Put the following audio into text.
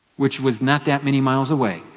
which was not that many miles away,